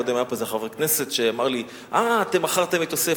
קודם היה פה איזה חבר כנסת שאמר לי: אתם מכרתם את יוסף.